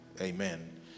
Amen